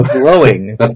glowing